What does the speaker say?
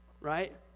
right